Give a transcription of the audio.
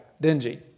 dingy